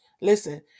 Listen